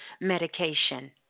medication